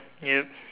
ya